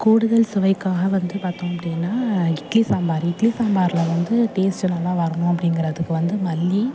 கூடுதல் சுவைக்காக வந்து பார்த்தோம் அப்படினா இட்லி சாம்பார் இட்லி சாம்பாரில் வந்து டேஸ்ட்டு நல்லா வரணும் அப்படிங்கிறதுக்கு வந்து மல்லி